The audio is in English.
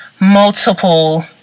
multiple